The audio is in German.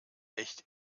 echt